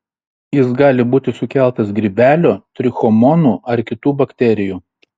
jis gali būti sukeltas grybelio trichomonų ar kitų bakterijų